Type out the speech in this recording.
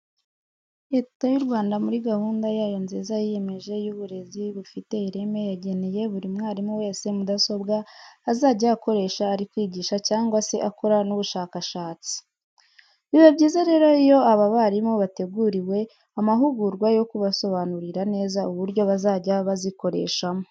Leta y'u Rwanda muri gahunda yayo nziza yiyemeje y'uburezi bufite ireme yageneye buri mwarimu wese mudasobwa azajya akoresha ari kwigisha cyangwa se akora n'ubushakashatsi. Biba byiza rero iyo aba barimu bateguriwe amahugurwa yo kubasobanurira neza uburyo bazajya bazikoreshamo.